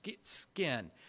skin